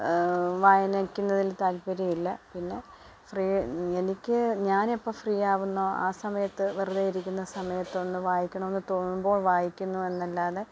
വായിക്കുന്നതിൽ താല്പര്യമില്ല പിന്നെ ഫ്രീ എനിക്ക് ഞാൻ എപ്പോൾ ഫ്രീ ആവുന്നോ ആ സമയത്ത് വെറുതെ ഇരിക്കുന്ന സമയത്തൊന്ന് വായിക്കണമെന്ന് തോന്നുമ്പോൾ വായിക്കുന്നു എന്നല്ലാതെ